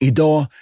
Idag